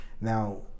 Now